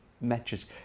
matches